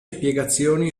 spiegazioni